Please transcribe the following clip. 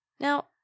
Now